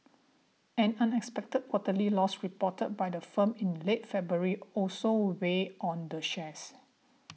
an unexpected quarterly loss reported by the firm in late February also weighed on the shares